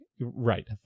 Right